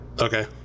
Okay